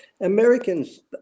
Americans